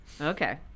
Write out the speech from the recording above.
Okay